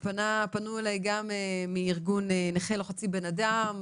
פנו אליי גם מארגון "נכה לא חצי בן אדם",